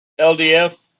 LDF